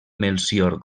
melcior